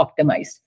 optimized